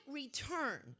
return